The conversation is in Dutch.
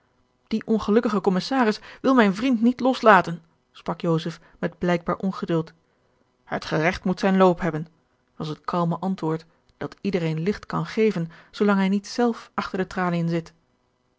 die ongelukkige commissaris wil mijn vriend niet loslaten sprak joseph met blijkbaar ongeduld het geregt moet zijn loop hebben was het kalme antwoord dat iedereen ligt kan geven zoolang hij niet zelf achter de traliën zit